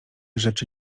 rzeczy